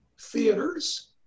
theaters